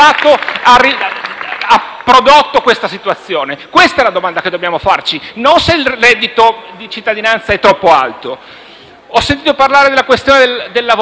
dai Gruppi M5S e L-SP-PSd'Az)*. Questa è la domanda che dobbiamo farci, non se il reddito di cittadinanza è troppo alto. Ho sentito parlare della questione del lavoro nero e dei furbetti: